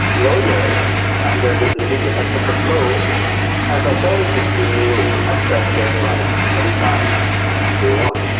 lawyers under the admission advocate law has authority to to access their client any time they want.